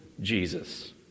Jesus